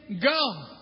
go